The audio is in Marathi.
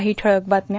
काही ठळक बातम्या